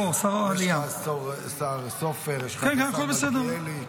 יש לך את השר סופר, יש לך פה את השר מלכיאלי.